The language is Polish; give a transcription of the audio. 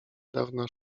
dawna